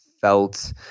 felt